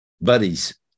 buddies